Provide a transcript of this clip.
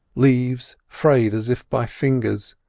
leaves frayed as if by fingers,